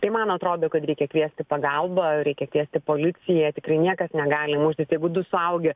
tai man atrodo kad reikia kviesti pagalbą reikia kviesti policiją tikrai niekas negali muštis jeigu du suaugę